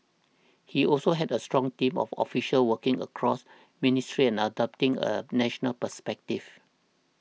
he also had a strong team of officials working across ministries and adopting a national perspective